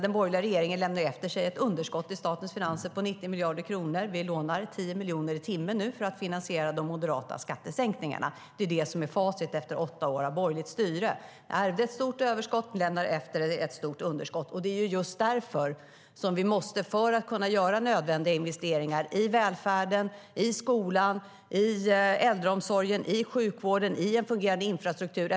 Den borgerliga regeringen lämnar efter sig ett underskott i statens finanser på 90 miljarder kronor. Vi lånar 10 miljoner i timmen för att finansiera de moderata skattesänkningarna. Det är facit efter åtta år av borgerligt styre. Ni ärvde ett stort överskott, och ni lämnar efter er ett stort underskott. Det är därför som vi måste höja skatten, det vill säga för att kunna göra nödvändiga investeringar i välfärden, i skolan, i äldreomsorgen, i sjukvården, i en fungerande infrastruktur.